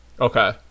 Okay